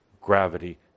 gravity